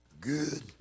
good